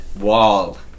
wall